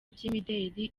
by’imideli